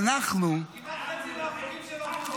כמעט חצי מהחוקים של האופוזיציה,